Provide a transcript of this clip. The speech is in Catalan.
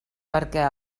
perquè